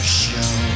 show